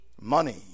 Money